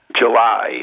July